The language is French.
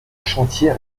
chantier